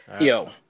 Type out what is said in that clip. Yo